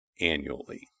annually